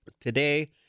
today